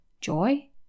joy